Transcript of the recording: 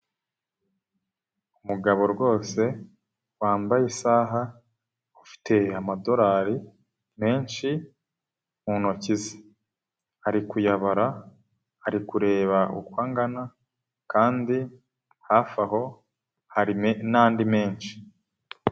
Umugabo rwose wambaye isaha ufite amadolari menshi mu ntoki ze, arikuyabara ari kureba uko angana kandi hafi aho hari n'andi menshi.